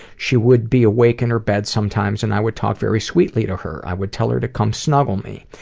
she would be awake in her bed sometimes, and i would talk very sweetly to her. i would tell her to come snuggle me.